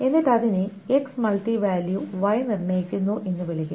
എന്നിട്ട് അതിനെ X multi value Y നിർണ്ണയിക്കുന്നു എന്ന് വിളിക്കുന്നു